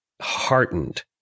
heartened